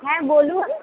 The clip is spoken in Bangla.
হ্যাঁ বলুন